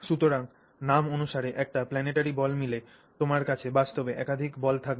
সুতরাং নাম অনুসারে একটি প্লানেটারি বল মিলে তোমার কাছে বাস্তবে একাধিক বল থাকবে